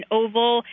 oval